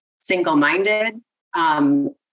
single-minded